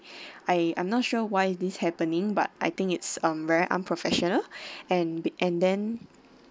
I I'm not sure why is this happening but I think it's um very unprofessional and and then